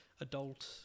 adult